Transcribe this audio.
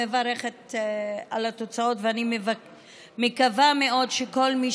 אני מברכת על התוצאות ואני מקווה מאוד שכל מי